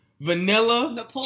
vanilla